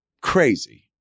crazy